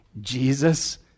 Jesus